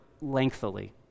lengthily